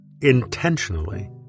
Intentionally